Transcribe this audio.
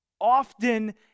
Often